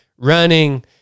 running